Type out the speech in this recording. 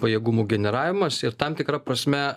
pajėgumų generavimas ir tam tikra prasme